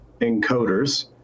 encoders